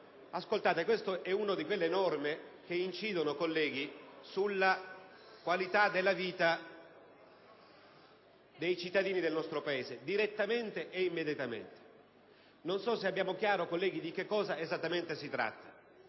sussulto. Questa è una di quelle norme che incidono sulla qualità della vita dei cittadini del nostro Paese, direttamente e indirettamente. Non so se è chiaro, colleghi, di che cosa esattamente si tratta.